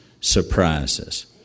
surprises